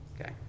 Okay